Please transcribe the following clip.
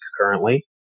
currently